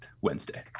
Wednesday